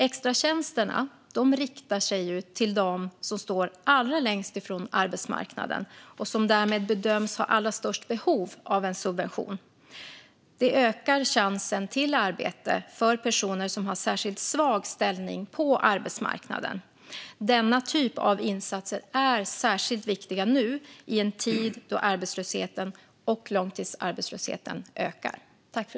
Extratjänsterna riktar sig till dem som står allra längst från arbetsmarknaden och som därmed bedöms ha allra störst behov av en subvention. Detta ökar chansen till arbete för personer som har en särskilt svag ställning på arbetsmarknaden. Denna typ av insatser är särskilt viktig nu i en tid då arbetslösheten och långtidsarbetslösheten ökar.